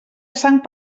sang